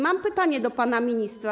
Mam pytanie do pana ministra.